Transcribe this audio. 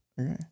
Okay